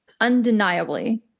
Undeniably